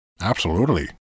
Absolutely